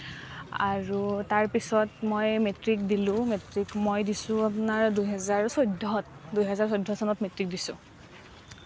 আৰু তাৰপিছত মই মেট্ৰিক দিলোঁ মেট্ৰিক মই দিছোঁ আপোনাৰ দুহেজাৰ চৌধ্যত দুহেজাৰ চৌধ্য চনত মেট্ৰিক দিছোঁ